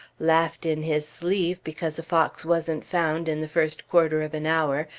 laughed in his sleeve because a fox wasn't found in the first quarter of an hour,